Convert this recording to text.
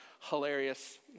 hilarious